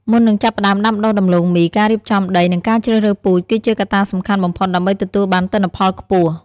មុននឹងចាប់ផ្ដើមដាំដុះដំឡូងមី ការរៀបចំដី និងការជ្រើសរើសពូជគឺជាកត្តាសំខាន់បំផុតដើម្បីទទួលបានទិន្នផលខ្ពស់។